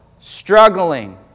struggling